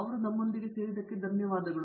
ಆದ್ದರಿಂದ ನಮ್ಮೊಂದಿಗೆ ಸೇರಿದ್ದಕ್ಕೆ ಧನ್ಯವಾದಗಳು